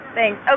Thanks